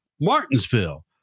Martinsville